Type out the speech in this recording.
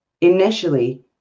initially